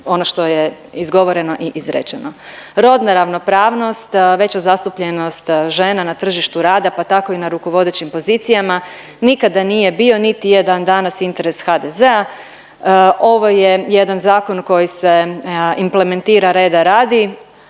ono što je izgovoreno i izrečeno. Rodna ravnopravnost, veća zastupljenost žena na tržištu rada pa tako i na rukovodećim pozicijama nikada nije bio niti je dan danas interes HDZ-a. Ovo je jedan zakon koji se implementira reda radi.